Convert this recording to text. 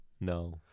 No